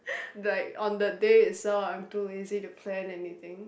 like on the day itself lah I'm too lazy to plan anything